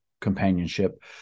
companionship